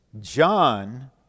John